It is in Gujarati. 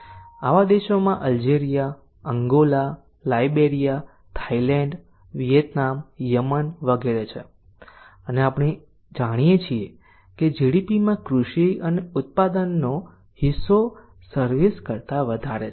આવા દેશોમાં Algeria Angola Liberia Thailand Vietnam Yemen વગેરે છે અને અહીં આપણે જોઈએ છીએ કે GDPમાં કૃષિ અથવા ઉત્પાદનનો હિસ્સો સર્વિસ કરતા વધારે છે